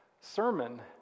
sermon